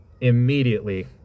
Immediately